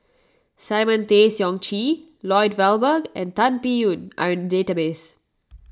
Simon Tay Seong Chee Lloyd Valberg and Tan Biyun are in the database